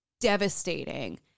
devastating